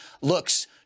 looks